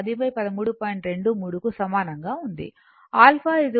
23 కు సమానంగా ఉంది α 40